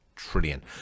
trillion